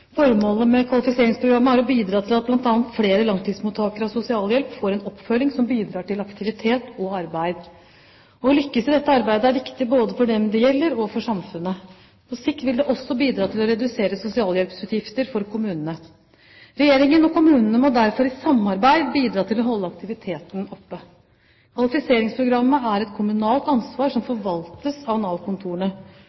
Formålet med kvalifiseringsprogrammet er å bidra til at bl.a. flere langtidsmottakere av sosialhjelp får en oppfølging som igjen bidrar til aktivitet og arbeid. Å lykkes i dette arbeidet er viktig både for dem det gjelder, og for samfunnet. På sikt vil det også bidra til å redusere sosialhjelpsutgiftene for kommunene. Regjeringen og kommunene må derfor i samarbeid bidra til å holde aktiviteten oppe. Kvalifiseringsprogrammet er et kommunalt ansvar som